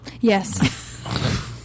Yes